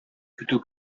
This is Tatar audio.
көтү